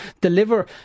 deliver